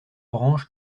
branche